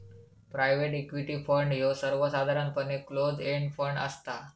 private equity fund ह्यो सर्वसाधारणपणे close end fund असता